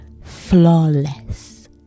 flawless